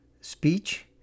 speech